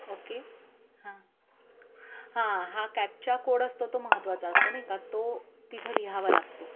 okay हां हां हा कॅपचा कोड असतो तो महत्त्वाचा असतो नाही का तो तिथं लिहावा लागतो